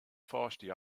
pháistí